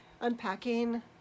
unpacking